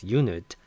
unit